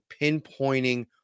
pinpointing